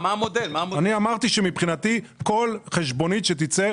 אני אמרתי שמבחינתי כל חשבונית שתצא,